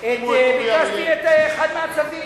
אחד מהצווים,